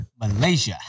Malaysia